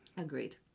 Agreed